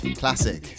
classic